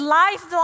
life